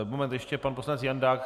Moment, ještě pan poslanec Jandák.